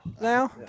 now